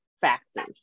factors